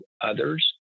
others